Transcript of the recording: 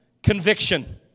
Conviction